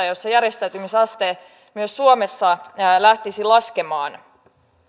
jossa järjestäytymisaste myös suomessa lähtisi laskemaan